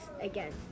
again